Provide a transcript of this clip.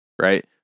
right